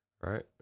right